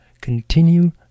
Continue